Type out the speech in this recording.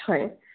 হয়